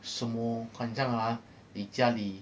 什么管账啊你家里